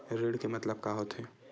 ऋण के मतलब का होथे?